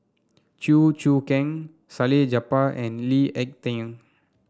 Chew Choo Keng Salleh Japar and Lee Ek Tieng